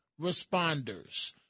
responders